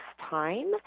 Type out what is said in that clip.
time